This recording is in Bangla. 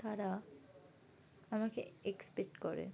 তারা আমাকে এক্সপেক্ট করে